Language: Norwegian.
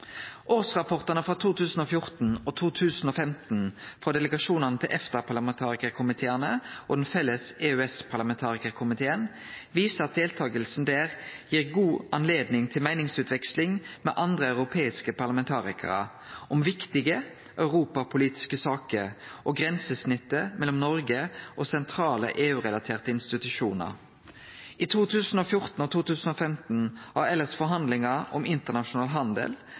Årsrapportane for 2014 og 2015 frå delegasjonane til EFTA-parlamentarikarkomiteane og Den felles EØS-parlamentarikarkomiteen viser at deltakinga der gir godt høve til meiningsutveksling med andre europeiske parlamentarikarar om viktige europapolitiske saker og grensesnittet mellom Noreg og sentrale EU-relaterte institusjonar. I 2014 og 2015 har elles forhandlingar om internasjonal handel,